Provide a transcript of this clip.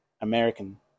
American